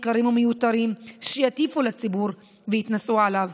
יקרים ומיותרים שיטיפו לציבור ויתנשאו עליו.